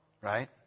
right